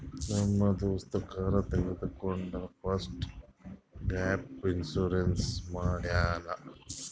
ನಮ್ ದೋಸ್ತ ಕಾರ್ ತಗೊಂಡ್ ಫಸ್ಟ್ ಗ್ಯಾಪ್ ಇನ್ಸೂರೆನ್ಸ್ ಮಾಡ್ಯಾನ್